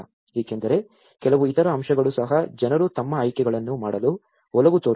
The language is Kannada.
ಏಕೆಂದರೆ ಕೆಲವು ಇತರ ಅಂಶಗಳೂ ಸಹ ಜನರು ತಮ್ಮ ಆಯ್ಕೆಗಳನ್ನು ಮಾಡಲು ಒಲವು ತೋರುತ್ತಾರೆ